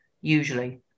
usually